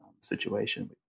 situation